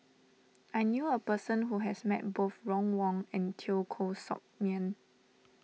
I knew a person who has met both Ron Wong and Teo Koh Sock Miang